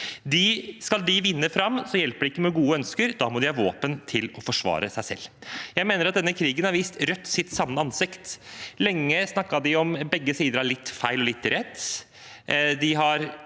ne fram, hjelper det ikke med gode ønsker, da må de ha våpen til å forsvare seg med. Jeg mener at denne krigen har vist Rødts sanne ansikt. Lenge snakket de om at begge sider har litt feil og litt rett.